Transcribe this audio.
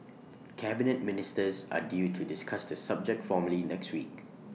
Cabinet Ministers are due to discuss the subject formally next week